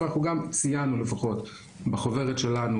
אבל אנחנו גם ציינו לפחות בחוברת שלנו